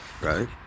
Right